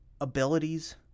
abilities